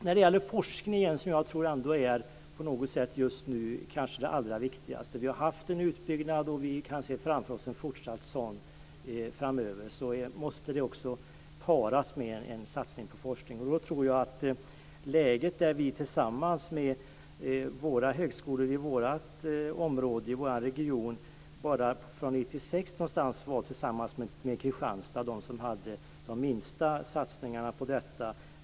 När det gäller forskningen, som just nu kanske är det allra viktigaste, har vi haft en utbyggnad av högskolan, och vi kan se framför oss en fortsatt sådan framöver. Det måste paras med en satsning på forskning. Våra högskolor i vår region hade för 1996 tillsammans med Kristianstad de minsta satsningarna på detta.